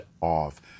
off